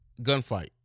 Gunfight